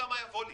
יודע מה יבוא לי.